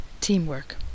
Teamwork